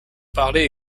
parler